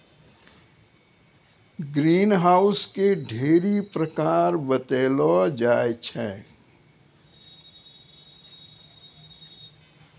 green house के ढ़ेरी प्रकार बतैलो जाय छै